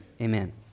Amen